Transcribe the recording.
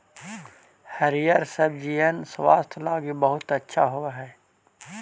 हरिअर सब्जिअन स्वास्थ्य लागी बहुत अच्छा होब हई